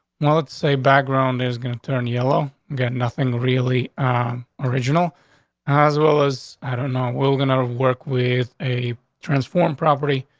well, let's say background is gonna turn yellow, get nothing really original as well as i don't know, well done out of work with a transformed property.